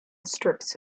strips